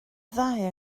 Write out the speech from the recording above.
ddau